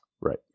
right